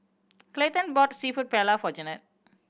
Clayton bought Seafood Paella for Jennette